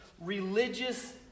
religious